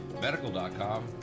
medical.com